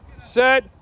set